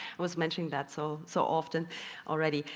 was mentioning that so so often already.